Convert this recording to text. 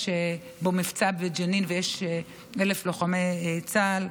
בו מבצע בג'נין ויש 1,000 לוחמי צה"ל,